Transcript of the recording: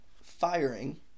firing